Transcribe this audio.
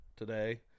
today